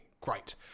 Great